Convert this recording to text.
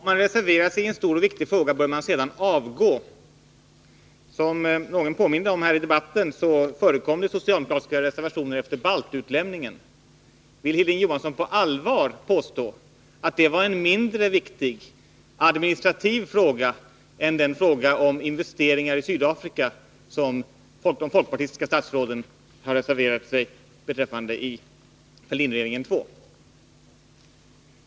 Herr talman! Om man reserverar sig i en stor och viktig fråga bör man sedan avgå, tycks Hilding Johansson mena. Som någon påminde om här i debatten förekom det socialdemokratiska reservationer efter baltutlämningen. Vill Hilding Johansson på allvar påstå att det var en mindre viktig, administrativ fråga än den fråga om investeringar i Sydafrika som de folkpartistiska statsråden i Fälldinregeringen II har reserverat sig i?